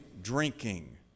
drinking